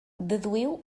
deduïu